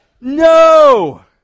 No